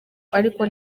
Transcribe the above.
ariko